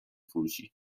فروشی